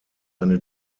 eine